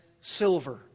silver